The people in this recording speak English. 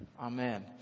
Amen